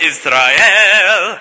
Israel